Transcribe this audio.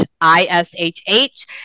I-S-H-H